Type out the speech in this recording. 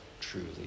truly